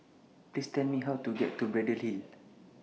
Please Tell Me How to get to Braddell Hill